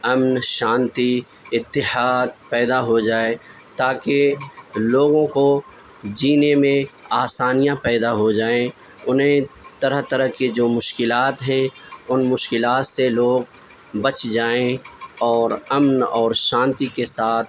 امن شانتی اتحاد پیدا ہو جائے تاکہ لوگوں کو جینے میں آسانیاں پیدا ہو جائیں انہیں طرح طرح کے جو مشکلات ہیں ان مشکلات سے لوگ بچ جائیں اور امن اور شانتی کے ساتھ